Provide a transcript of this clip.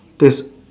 there's